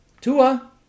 Tua